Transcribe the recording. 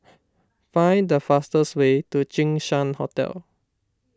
find the fastest way to Jinshan Hotel